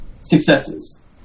successes